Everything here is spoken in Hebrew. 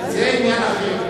זה עניין אחר.